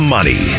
Money